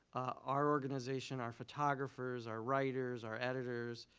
our organization, our photographers, our writers, our editors,